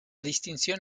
distinción